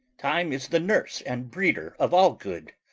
time is the nurse and breeder of all good.